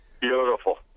Beautiful